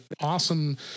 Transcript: awesome